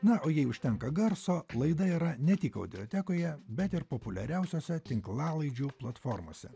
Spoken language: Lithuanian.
na o jai užtenka garso laida yra ne tik audiotekoje bet ir populiariausiose tinklalaidžių platformose